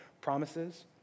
promises